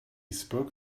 spoke